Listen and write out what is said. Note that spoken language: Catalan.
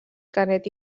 canet